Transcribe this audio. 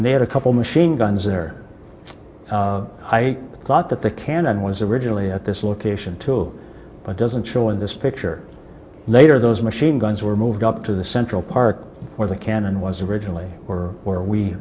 and they had a couple machine guns in there i thought that the cannon was originally at this location too but doesn't show in this picture later those machine guns were moved up to the central park where the cannon was originally or where we